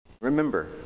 Remember